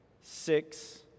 six